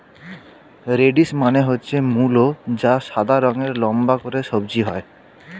radish মানে হচ্ছে মূলো যা সাদা রঙের লম্বা করে সবজি হয়